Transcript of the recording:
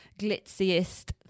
glitziest